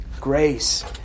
Grace